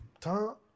Tom